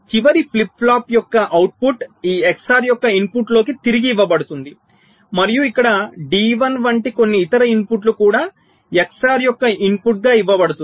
చివరి flip flop యొక్క output ఈ XOR యొక్క ఇన్పుట్లోకి తిరిగి ఇవ్వబడుతుంది మరియు ఇక్కడ D1 వంటి కొన్ని ఇతర అవుట్పుట్ కూడా XOR యొక్క ఇన్పుట్గా ఇవ్వబడుతుంది